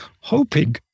hoping